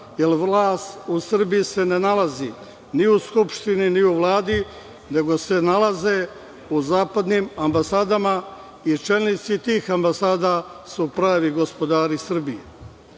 jer vlast u Srbiji se ne nalazi ni u Skupštini ni u Vladi, nego se nalazi u zapadnim ambasadama i čelnici tih ambasada su pravi gospodari Srbije. Glavni